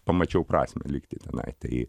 pamačiau prasmę likti tenai tai